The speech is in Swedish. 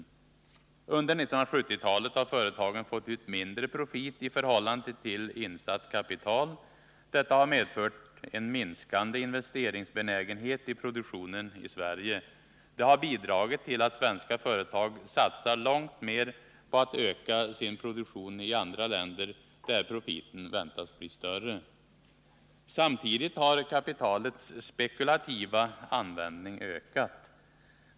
Under 1970-talet har företagen fått ut mindre profit i förhållande till insatt kapital. Detta har medfört en minskande investeringsbenägenhet i produktionen i Sverige. Det har bidragit till att svenska företag satsar långt mer på att öka sin produktion i andra länder, där profiten väntas bli större. Samtidigt har kapitalets spekulativa användning ökat.